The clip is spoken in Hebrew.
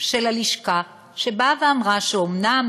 של הלשכה, שאמרה שאומנם